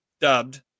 dubbed